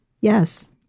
Yes